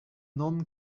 non